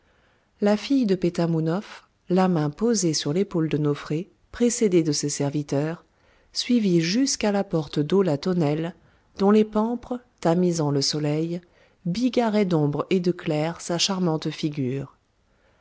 la fille de pétamounoph la main posée sur l'épaule de nofré précédée de ses serviteurs suivit jusqu'à la porte d'eau la tonnelle dont les pampres tamisant le soleil bigarraient d'ombre et de clair sa charmante figure